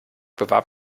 bewarb